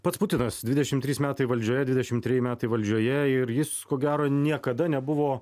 pats putinas dvidešim trys metai valdžioje dvidešim treji metai valdžioje ir jis ko gero niekada nebuvo